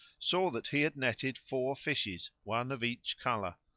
saw that he had netted four fishes, one of each colour.